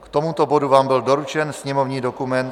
K tomuto bodu vám byl doručen sněmovní dokument 7198.